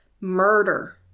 murder